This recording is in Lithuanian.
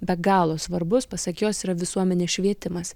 be galo svarbus pasak jos yra visuomenės švietimas